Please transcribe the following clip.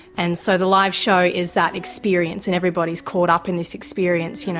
and so the live show is that experience, and everybody's caught up in this experience, you know,